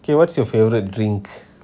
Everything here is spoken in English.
okay what's your favourite drink